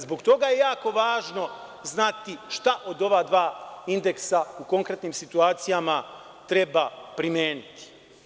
Zbog toga je jako važno znati šta od ova dva indeksa u konkretnim situacijama treba primeniti.